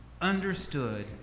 understood